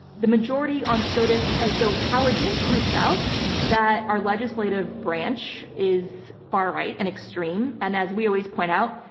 the majority on scotus. oh, so howard dean points out that our legislative branch is far right and extreme, and as we always point out,